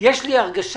יש לי הרגשה,